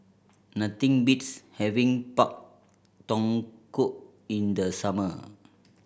nothing beats having Pak Thong Ko in the summer